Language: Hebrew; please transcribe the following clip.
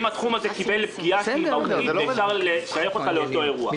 אם התחום הזה קיבל פגיעה שאפשר לשייך אותה לאותו אירוע.